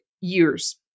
years